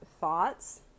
thoughts